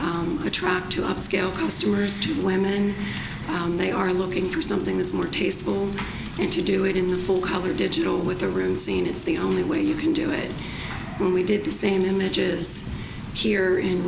attract to upscale customers to women and they are looking for something that's more tasteful and to do it in the full color digital with the room scene it's the only way you can do it when we did the same images here